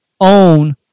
own